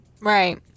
right